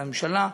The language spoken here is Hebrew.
לממשלה,